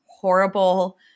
horrible